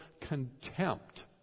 contempt